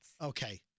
Okay